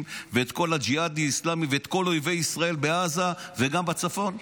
ואת כל הג'יהאד האסלאמי ואת כל אויבי ישראל בעזה וגם בצפון?